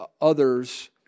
others